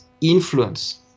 influence